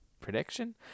Prediction